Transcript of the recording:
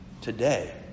Today